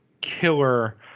killer